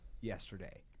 yesterday